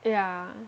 yeah